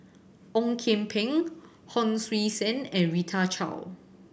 Ong Kian Peng Hon Sui Sen and Rita Chao